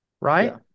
right